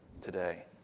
today